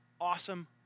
Awesome